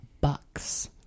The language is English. bucks